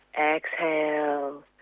Exhale